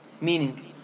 Meaning